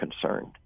concerned